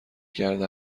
کرده